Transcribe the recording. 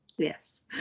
Yes